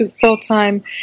full-time